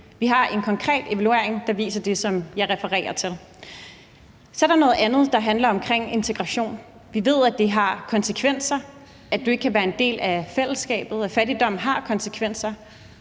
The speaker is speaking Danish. Vi har en konkret evaluering, der viser det, som jeg refererer til. Så er der noget andet, der handler om integration. Vi ved, at det har konsekvenser, at du ikke kan være en del af fællesskabet, og at fattigdommen har konsekvenser